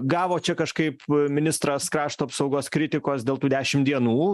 gavo čia kažkaip ministras krašto apsaugos kritikos dėl tų dešim dienų